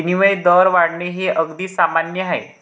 विनिमय दर वाढणे हे अगदी सामान्य आहे